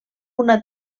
una